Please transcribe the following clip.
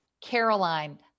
Caroline